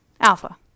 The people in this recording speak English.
Alpha